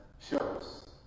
shows